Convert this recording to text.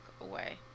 away